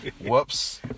Whoops